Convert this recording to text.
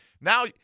now